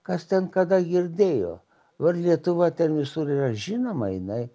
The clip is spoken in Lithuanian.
kas ten kada girdėjo dabar lietuva ten visur yra žinoma jinai